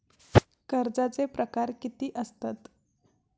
कर्जाचे प्रकार कीती असतत?